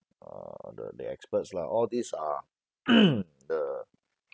uh the the experts lah all these are the